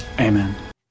amen